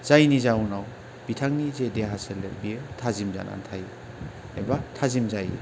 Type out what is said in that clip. जायनि जाहोनाव बिथांनि जे देहा सोलेर बेयो थाजिम जानानै थायो एबा थाजिम जायो